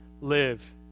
live